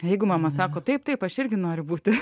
jeigu mama sako taip taip aš irgi noriu būti